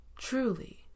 Truly